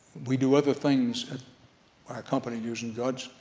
we do other things, and our company news and guts,